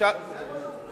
לא הצעת חוק ממשלתית.